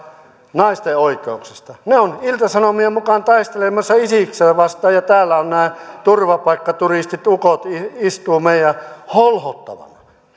naisten oikeuksista naiset ovat ilta sanomien mukaan taistelemassa isisiä vastaan ja täällä nämä turvapaikkaturistit ukot istuvat meidän holhottavana